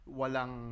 walang